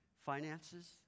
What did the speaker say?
finances